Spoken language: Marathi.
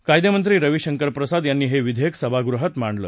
कायदेमंत्री रवी शंकर प्रसाद यांनी हे विधेयक सभागृहात मांडलं